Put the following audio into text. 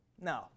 No